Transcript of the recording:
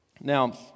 Now